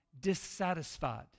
dissatisfied